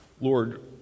Lord